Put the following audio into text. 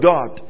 God